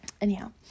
Anyhow